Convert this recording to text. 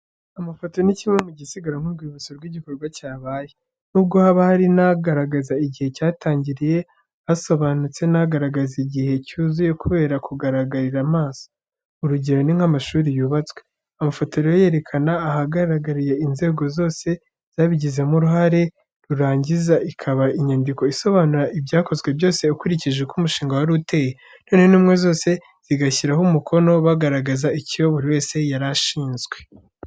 Amafoto ni kimwe gisigara nk'urwibutso rw'igikorwa cyabaye. Nubwo haba hari n'agaragaza igihe cyatangiriye, asobanutse n'agaragaza igikorwa cyuzuye kubera kugaragarira amaso. urugero ni nk'amashuri yubatswe. Amafoto rero yerekana abahagarariye inzego zose zabigizemo uruhare, rurangiza ikaba inyandiko isobanura ibyakozwe byose ukurikije uko umushinga wari uteye, noneho intumwa zose zigashyiraho umukono, bagaragaza icyo buri wese yarashinzwe.